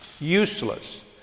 useless